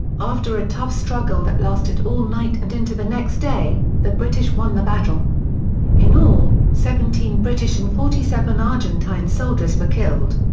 after a tough struggle that lasted all night and into the next day, the british won the battle in all, seventeen british and forty seven argentine soldiers were killed.